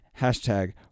hashtag